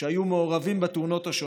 שהיו מעורבים בתאונות השונות.